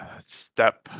step